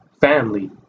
family